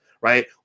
Right